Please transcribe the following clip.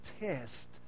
test